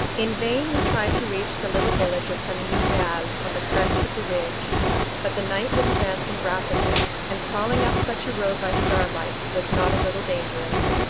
in vain we tried to reach the little village of camino real on the crest of the ridge but the night was advancing rapidly, and crawling up such a road by starlight was not a little dangerous.